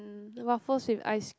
um the waffles with ice